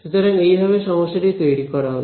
সুতরাং এইভাবে সমস্যা টি তৈরি করা হলো